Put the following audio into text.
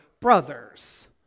brothers